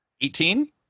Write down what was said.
Eighteen